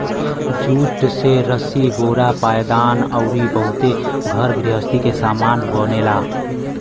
jute से रसरी बोरा पायदान अउरी बहुते घर गृहस्ती के सामान बनेला